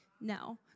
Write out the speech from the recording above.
No